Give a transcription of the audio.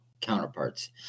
counterparts